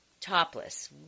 topless